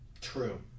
True